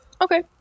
Okay